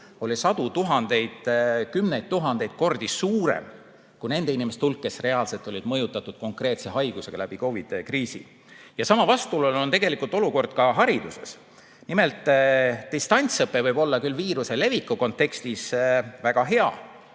oli sadu tuhandeid, kümneid tuhandeid kordi suurem kui nende inimeste hulk, kes reaalselt olid mõjutatud konkreetse haigusega läbi COVID-i kriisi. Sama vastuoluline on tegelikult olukord ka hariduses. Nimelt, distantsõpe võib olla küll viiruse leviku kontekstis väga hea,